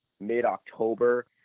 mid-October